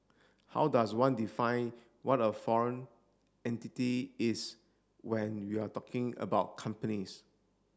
how does one define what a foreign entity is when you're talking about companies